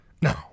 No